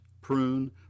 prune